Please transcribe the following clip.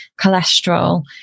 cholesterol